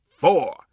four